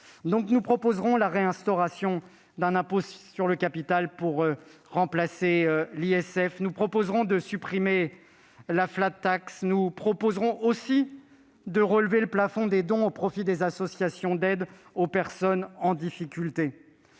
Ainsi proposerons-nous la réinstauration d'un impôt sur le capital pour remplacer l'ISF et la suppression de la. Nous proposerons aussi de relever le plafond des dons au profit des associations d'aide aux personnes en difficulté.